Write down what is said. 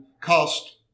cost